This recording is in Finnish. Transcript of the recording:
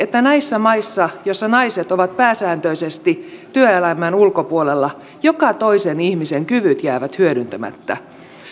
että näissä maissa joissa naiset ovat pääsääntöisesti työelämän ulkopuolella joka toisen ihmisen kyvyt jäävät hyödyntämättä